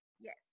yes